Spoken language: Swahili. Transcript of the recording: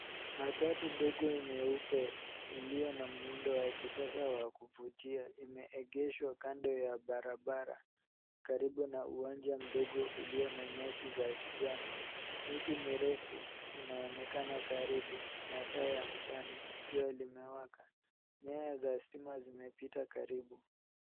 Matatu ndogo nyeupe, iliyo na muundo wa kisasa wa kuvutia imeegeshwa kando ya barabara karibu na uwanja mdogo uliona na nyasi za kijani. Miti mirefu inaonekana karibu. Masaa ya mchana jua limewaka. Nyaya za stima zimepita karibu.